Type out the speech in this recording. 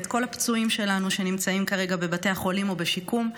ואת כל הפצועים שלנו שנמצאים כרגע בבתי החולים ובשיקום,